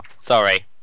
sorry